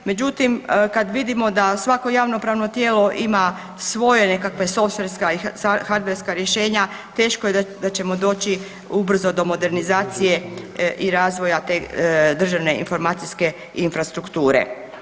Međutim, kad vidimo da svako javno pravno tijelo ima svoje nekakve softwarska i hardwarska rješenja teško je da ćemo doći ubrzo do modernizacije i razvoja te državne informacijske infrastrukture.